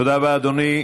תודה רבה, אדוני.